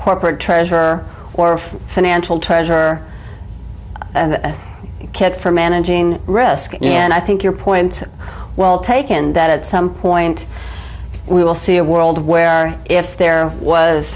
corporate treasurer or financial treasurer kit for managing risk and i think you're point well taken that at some point we will see a world where if there